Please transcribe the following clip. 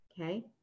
okay